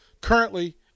currently